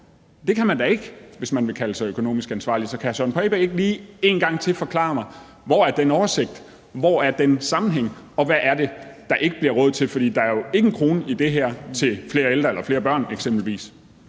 Det kan man da ikke, hvis man vil kalde sig økonomisk ansvarlig. Så kan hr. Søren Pape Poulsen ikke lige forklare mig en gang til: Hvor er den oversigt, hvor er den sammenhæng, og hvad er det, der ikke bliver råd til? For der er jo ikke en krone i det her til ældre eller børn eksempelvis.